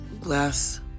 glass